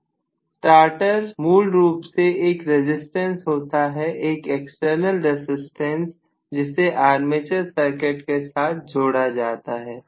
स्टागार्टर मूल रूप से एक रजिस्टेंस होता है एक एक्सटर्नल रेजिस्टेंस जिसे आर्मेचर सर्किट के साथ जोड़ा जाता है